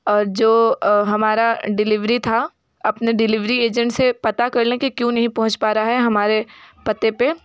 और जो हमारी डिलीवरी थी अपने डिलीवरी एजेंट से पता कर लें कि क्यों नहीं पहुँच पा रहा है हमारे पते पर